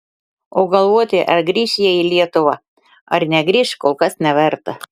o galvoti ar grįš jie į lietuvą ar negrįš kol kas neverta